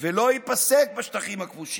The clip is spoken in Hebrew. ולא ייפסק בשטחים הכבושים,